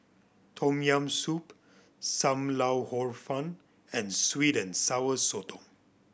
Tom Yam Soup Sam Lau Hor Fun and sweet and Sour Sotong